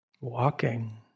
Walking